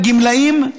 כמו הגמלאים,